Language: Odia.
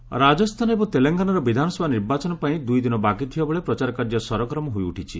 କ୍ୟାମ୍ପେନିଂ ରାଜସ୍ଥାନ ଏବଂ ତେଲେଙ୍ଗାନାରେ ବିଧାନସଭା ନିର୍ବାଚନ ପାଇଁ ଦୁଇଦିନ ବାକି ଥିବା ବେଳେ ପ୍ରଚାର କାର୍ଯ୍ୟ ସରଗରମ ହୋଇଉଠିଛି